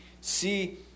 see